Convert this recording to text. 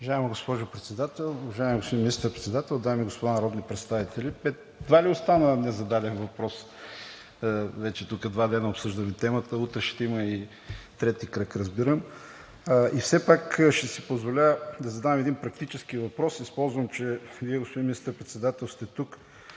Министър-председател, дами и господа народни представители! Едва ли остана незададен въпрос, вече тук два дена обсъждаме темата, утре ще има и трети кръг, разбирам. Все пак ще си позволя да задам един практически въпрос. Използвам, че Вие, господин Министър-председател, сте тук